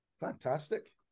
Fantastic